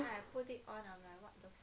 ugly right